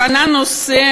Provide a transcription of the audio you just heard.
בחנה את הנושא,